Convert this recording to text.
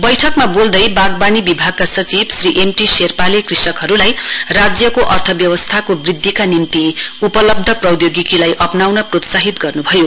बैठकमा बोल्दै बागवानी विभागका सचिव श्री एम टी शेर्पाले कृषकहरुलाई राज्यको अर्थव्यवस्थाको बृध्दिका निम्ति उपलब्ध प्रौधोगिकीलाई अप्नाउन प्रोरसाहित गर्नुभयो